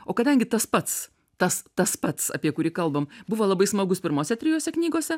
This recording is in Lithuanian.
o kadangi tas pats tas tas pats apie kurį kalbam buvo labai smagus pirmose trijose knygose